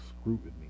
scrutiny